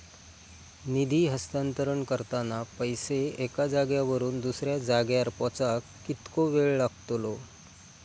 निधी हस्तांतरण करताना पैसे एक्या जाग्यावरून दुसऱ्या जाग्यार पोचाक कितको वेळ लागतलो?